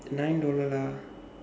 nine dollar lah